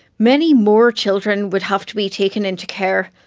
many more children would have to be taken into care.